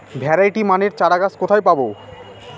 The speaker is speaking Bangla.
ভ্যারাইটি মানের চারাগাছ কোথায় পাবো?